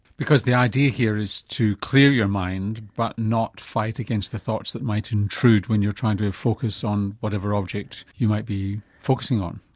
because the idea here is to clear your mind but not fight against the thoughts that might intrude when you're trying to focus on whatever object you might be focussing on.